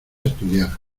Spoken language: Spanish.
estudiar